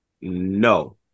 No